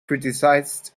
criticized